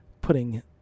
putting